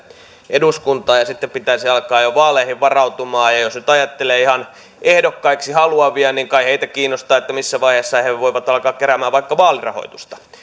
eduskuntaan niin sitten pitäisi alkaa jo vaaleihin varautumaan ja jos nyt ajattelee ihan ehdokkaiksi haluavia niin kai heitä kiinnostaa missä vaiheessa he voivat alkaa keräämään vaikka vaalirahoitusta